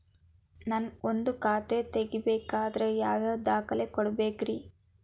ನಾನ ಒಂದ್ ಖಾತೆ ತೆರಿಬೇಕಾದ್ರೆ ಯಾವ್ಯಾವ ದಾಖಲೆ ಕೊಡ್ಬೇಕ್ರಿ?